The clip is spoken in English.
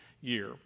year